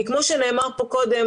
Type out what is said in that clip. כמו שנאמר פה קודם,